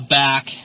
back